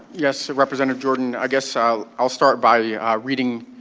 yes, representative jordan. i guess i'll i'll start by yeah reading